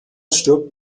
stirbt